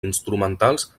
instruments